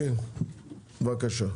בבקשה.